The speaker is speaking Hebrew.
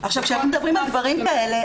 כשמדברים על דברים כאלה,